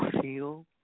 feel